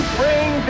bring